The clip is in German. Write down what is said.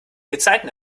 gezeiten